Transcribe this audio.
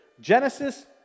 Genesis